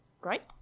right